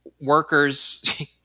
workers